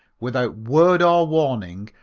without word or warning,